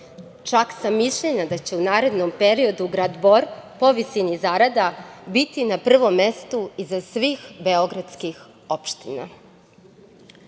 čak sam mišljenja da će u narednom periodu grad Bor po visini zarada biti na prvom mestu, iza svih beogradskih opština. Prihod